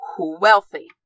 Wealthy